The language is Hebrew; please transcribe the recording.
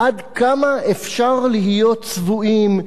עד כמה אפשר להיות צבועים,